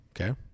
okay